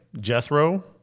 Jethro